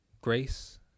Grace